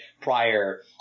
prior